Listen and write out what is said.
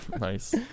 Nice